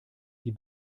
die